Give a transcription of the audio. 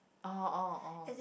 oh oh oh